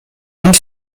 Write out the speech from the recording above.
und